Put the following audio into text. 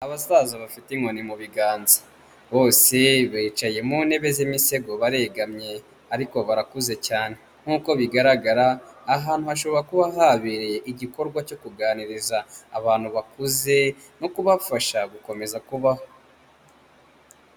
Abasaza bafite inkoni mu biganza, bose bicaye mu ntebe z'imisego baregamye ariko barakuze cyane, nk'uko bigaragara aha hantu hashobora kuba habereye igikorwa cyo kuganiriza abantu bakuze no kubafasha gukomeza kubaho.